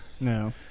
no